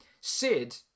Sid